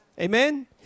Amen